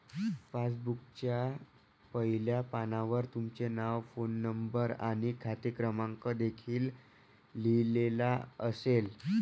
पासबुकच्या पहिल्या पानावर तुमचे नाव, फोन नंबर आणि खाते क्रमांक देखील लिहिलेला असेल